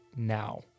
Now